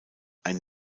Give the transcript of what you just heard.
ein